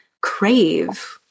crave